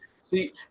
See